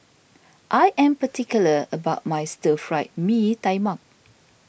I am particular about my Stir Fried Mee Tai Mak